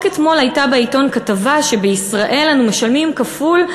רק אתמול הייתה בעיתון כתבה שבישראל אנו משלמים כפול,